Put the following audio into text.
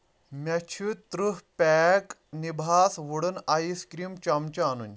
مےٚ چھُ ترٕٛہ پیک نَبھاس وُڈٕن ایس کرٛیٖم چمچہٕ اَنٕنۍ